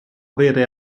avere